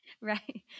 Right